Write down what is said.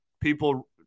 people